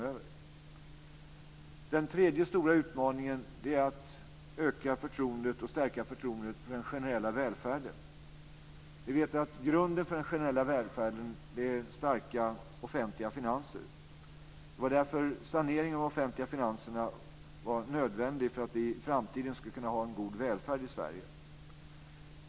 Den tredje stora utmaningen är att stärka förtroendet för den generella välfärden. Grunden för den generella välfärden är starka offentliga finanser. Det var därför som saneringen av de offentliga finanserna var nödvändig för att vi i framtiden ska kunna ha en god välfärd i Sverige.